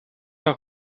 auch